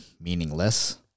meaningless